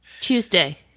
Tuesday